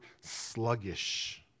sluggish